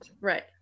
right